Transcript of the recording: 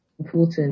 important